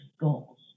goals